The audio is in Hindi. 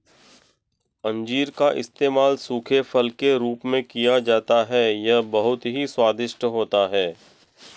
अंजीर का इस्तेमाल सूखे फल के रूप में किया जाता है यह बहुत ही स्वादिष्ट होता है